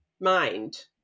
mind